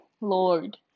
Lord